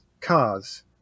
cars